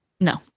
No